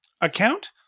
account